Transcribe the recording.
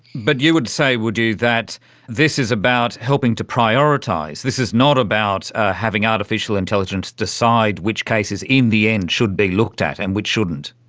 but you would say, would you, that this is about helping to prioritise, this is not about having artificial intelligence decide which cases in the end should be looked at and which shouldn't?